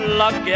luck